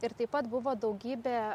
ir taip pat buvo daugybė